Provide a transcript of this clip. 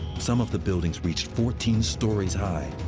some of the buildings reached fourteen stories high.